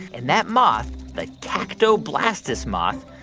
and that moth, the cactoblastis moth,